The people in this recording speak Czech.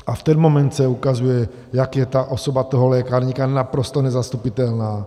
A v ten moment se ukazuje, jak je ta osoba lékárníka naprosto nezastupitelná.